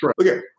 Okay